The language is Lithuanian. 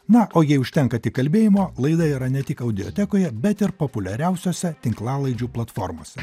na o jei užtenka tik kalbėjimo laida yra ne tik audiotekose bet ir populiariausiose tinklalaidžių platformose